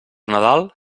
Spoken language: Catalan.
nadal